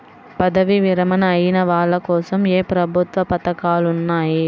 పదవీ విరమణ అయిన వాళ్లకోసం ఏ ప్రభుత్వ పథకాలు ఉన్నాయి?